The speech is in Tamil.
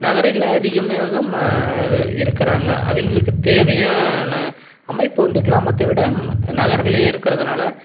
நகரில் அதிகமாக ம இருக்கிறாங்க அவங்களுக்கு தேவையான அமைப்பு வந்து கிராமத்தை விட நகர்கள்லேயே இருக்கிறதுனால